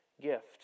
gift